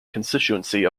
constituency